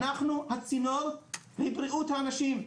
אנחנו הצינור לבריאות האנשים,